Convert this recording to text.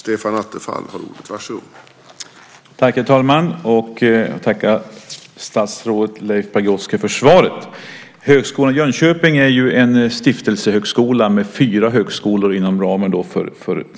Herr talman! Jag tackar statsrådet Leif Pagrotsky för svaret. Högskolan i Jönköping är en stiftelsehögskola med fyra högskolor i en gemensam ram.